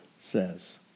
says